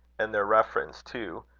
and their reference too,